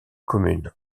communes